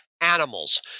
animals